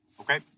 Okay